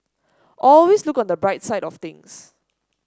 always look on the bright side of things